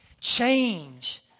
Change